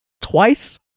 twice